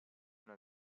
una